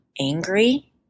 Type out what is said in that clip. angry